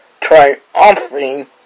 triumphing